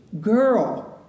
girl